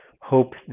hope